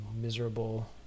miserable